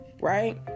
right